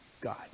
God